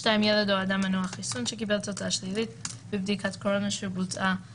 ילד או אדם מנוע חיסון שקיבל תוצאה שלילית בבדיקת קורונה שבוצעה